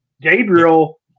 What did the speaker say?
Gabriel